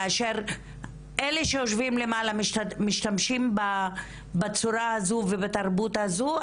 כאשר אלה שיושבים למעלה משתמשים בצורה הזו ובתרבות הזו,